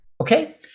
Okay